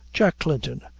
jack clinton!